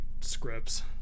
scripts